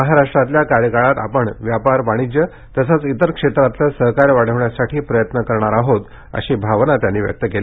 महाराष्ट्रातल्या कार्यकाळात आपण व्यापार वाणिज्य तसंच इतर क्षेत्रातलं सहकार्य वाढवण्यासाठी प्रयत्न करणार आहोत अशी भावना त्यांनी व्यक्त केली